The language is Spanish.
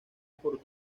por